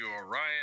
Orion